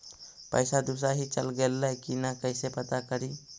पैसा दुसरा ही चल गेलै की न कैसे पता करि?